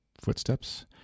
footsteps